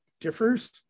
differs